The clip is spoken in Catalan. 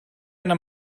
anna